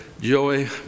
joy